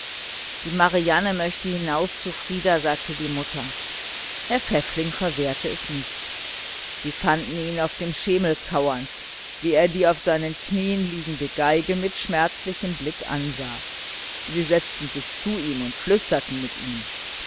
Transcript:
die marianne möchte hinaus zu frieder sagte die mutter herr pfäffling verwehrte es nicht sie fanden ihn auf dem schemel kauernd wie er die geige auf seinen knieen liegend mit schmerzlichem blick ansah sie setzten sich zu ihm und flüsterten mit ihm